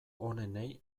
onenei